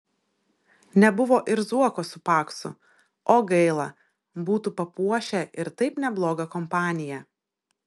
nebuvo ir zuoko su paksu o gaila būtų papuošę ir taip neblogą kompaniją